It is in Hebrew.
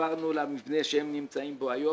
עברנו למבנה שהם נמצאים בו היום,